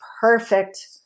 perfect